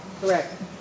Correct